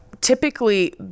typically